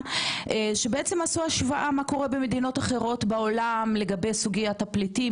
שבעצם עשו השוואה מה קורה במדינות אחרות בעולם לגבי סוגיית הפליטים,